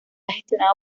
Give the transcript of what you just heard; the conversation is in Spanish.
gestionado